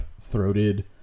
throated